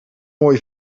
mooie